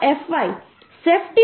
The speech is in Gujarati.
4fy સેફ્ટી ફેક્ટર માટે આપણે 2